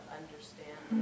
understand